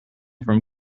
from